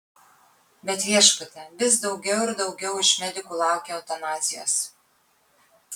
bet viešpatie vis daugiau ir daugiau iš medikų laukia eutanazijos